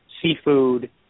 seafood